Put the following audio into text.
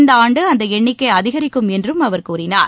இந்த ஆண்டு அந்த எண்ணிக்கை அதிகரிக்கும் என்றும் அவர் கூறினார்